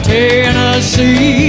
Tennessee